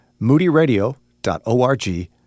moodyradio.org